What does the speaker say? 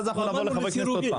ואז נעבור לחברי הכנסת עוד פעם.